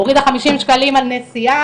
הורידה חמישים שקלים על נסיעה,